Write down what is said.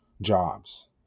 jobs